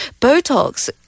Botox